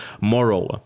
Moreover